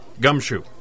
Gumshoe